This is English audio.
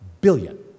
billion